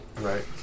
Right